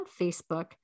Facebook